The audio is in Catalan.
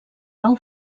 nou